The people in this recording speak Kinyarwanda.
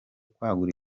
kwagura